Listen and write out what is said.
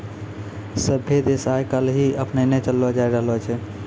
सभ्भे देश आइ काल्हि के अपनैने चललो जाय रहलो छै